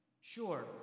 Sure